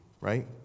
right